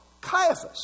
Caiaphas